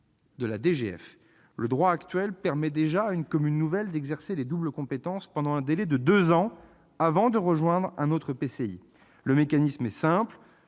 de la DGF, le droit actuel permet déjà à une commune nouvelle d'exercer les doubles compétences pendant un délai de deux ans avant de rejoindre un autre EPCI. Le mécanisme est simple